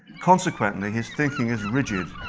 consequently his thinking is rigid,